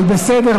על בסדר,